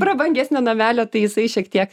prabangesnio namelio tai jisai šiek tiek